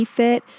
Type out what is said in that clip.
fit